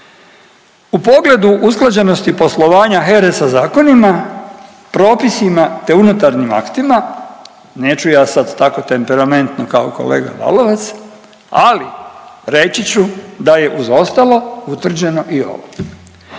U pogledu usklađenosti poslovanja HERE sa zakonima, propisima te unutarnjim aktima, neću ja sad tako temperamentno kao kolega Lalovac, ali reći ću da je uz ostalo utvrđeno i ovo.